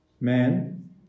Man